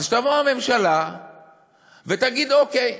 אז שתבוא הממשלה ותגיד: אוקיי,